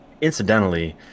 incidentally